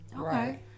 Okay